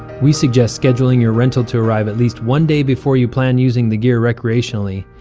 we suggest scheduling your rental to arrive at least one day before you plan using the gear recreationally.